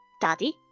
Daddy